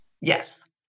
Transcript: Yes